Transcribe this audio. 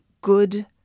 good